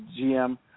GM